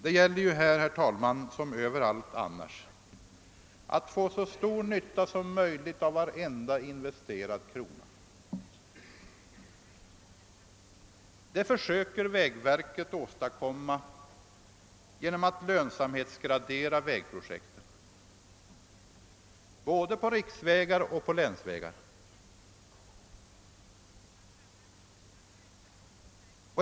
Det gäller ju, ärade kammarledamöter, här som överallt annars att få så stor nytta som möjligt av varje investerad krona. Detta försöker vägverket åstadkomma genom att lönsamhetsgradera vägprojekten både på riksvägar och på länsvägar.